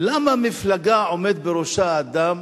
למה מפלגה, עומד בראשה אדם,